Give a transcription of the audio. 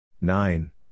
Nine